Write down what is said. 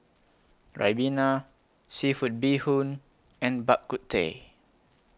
Ribena Seafood Bee Hoon and Bak Kut Teh